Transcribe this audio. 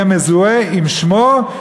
יהיה מזוהה בשמו,